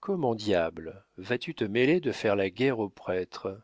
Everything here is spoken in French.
comment diable vas-tu te mêler de faire la guerre aux prêtres